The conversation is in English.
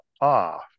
off